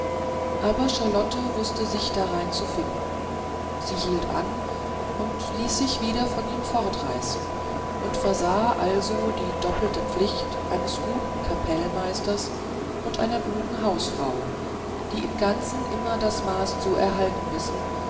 aber charlotte wußte sich darein zu finden sie hielt an und ließ sich wieder von ihm fortreißen und versah also die doppelte pflicht eines guten kapellmeisters und einer klugen hausfrau die im ganzen immer das maß zu erhalten wissen